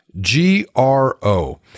G-R-O